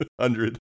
Hundred